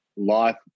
Life